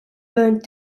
burned